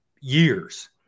years